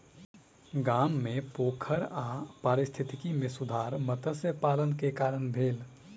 गाम मे पोखैर आ पारिस्थितिकी मे सुधार मत्स्य पालन के कारण भेल